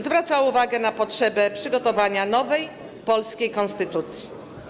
Zwracała uwagę na potrzebę przygotowania nowej polskiej konstytucji.